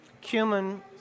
cumin